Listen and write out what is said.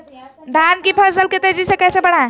धान की फसल के तेजी से कैसे बढ़ाएं?